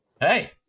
hey